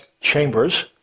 chambers